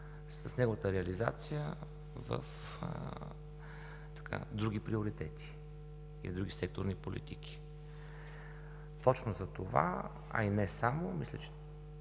с неговата реализация в други приоритети и други секторни политики. Точно затова двете министерства